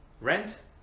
rent